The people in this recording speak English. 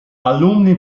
alumni